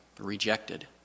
rejected